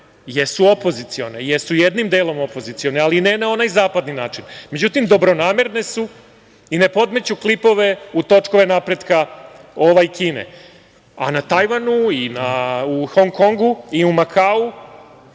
jesu opozicione, jesu jednim delom opozicione, ali ne na onaj zapadni način. Međutim, dobronamerne su i ne podmeću klipove u točkove napretka Kine. Na Tajvanu i u Hong Kongu i u Makau,